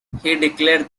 declared